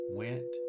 went